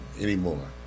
anymore